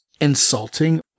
insulting